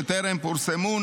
שטרם פורסמו,